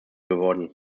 geworden